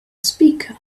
speaker